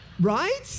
Right